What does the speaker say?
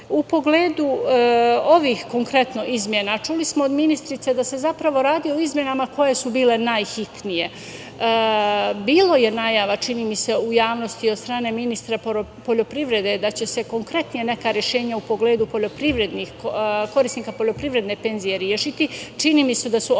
pogledu ovih konkretno izmena, čuli smo od ministrice da se zapravo radi o izmenama koje su bile najhitnije. Bilo je najava, čini mi se, u javnosti od strane ministra poljoprivrede da će se konkretno neka rešenja u pogledu korisnika poljoprivredne penzije rešiti, čini mi se da su ovog